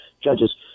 judges